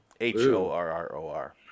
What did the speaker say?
H-O-R-R-O-R